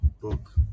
book